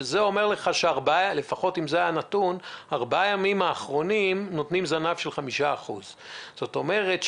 וזה אומר לך שארבעת הימים האחרונים נותנים זנב של 5%. זאת אומרת,